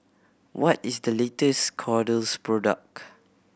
what is the latest Kordel's product